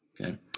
Okay